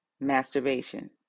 Masturbation